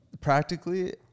practically